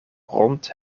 rond